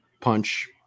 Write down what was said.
punch